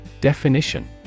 Definition